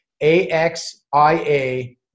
A-X-I-A